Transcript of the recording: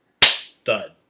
thud